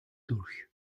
durch